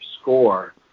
score